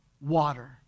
water